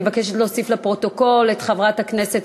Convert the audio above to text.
אני מבקשת להוסיף לפרוטוקול את חברת הכנסת